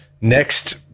next